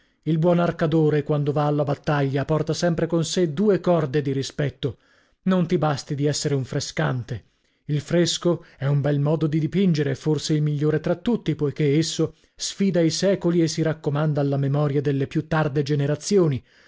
il buon arcadore quando va alla battaglia porta sempre con sè due corde di rispetto non ti basti di essere un frescante il fresco è un bel modo di dipingere e forse il migliore tra tutti poichè esso sfida i secoli e si raccomanda alla memoria delle più tarde generazioni